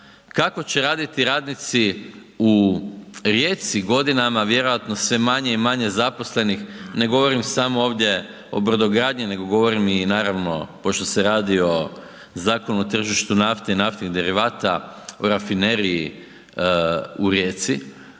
Kako će raditi radnici u Rijeci, godinama vjerojatno sve manje i manje zaposlenih, ne govorim samo ovdje samo o brodogradnji, nego govorim i naravno, pošto se radi o Zakonu o tržištu nafte i naftnih derivata u rafineriji u Rijeci